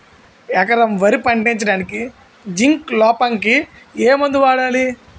ఎకరం వరి పండించటానికి జింక్ లోపంకి ఏ మందు వాడాలి?